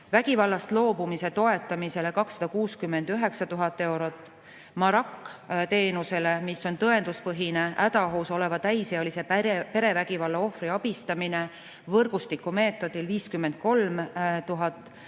vägivallast loobumise toetamisele 269 000 eurot, MARAC-teenusele – see on tõenduspõhine hädaohus oleva täisealise perevägivalla ohvri abistamine võrgustiku meetodil – 53 000 eurot,